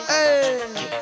Hey